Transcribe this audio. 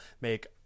make